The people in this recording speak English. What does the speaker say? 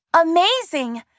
Amazing